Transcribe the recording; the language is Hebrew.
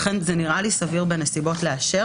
לכן זה נראה לי סביר לאשר את זה בנסיבות האלה,